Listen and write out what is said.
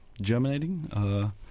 germinating